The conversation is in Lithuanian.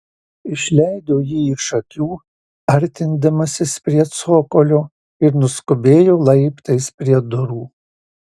išleido jį iš akių artindamasis prie cokolio ir nuskubėjo laiptais prie durų